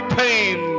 pain